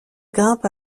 grimpe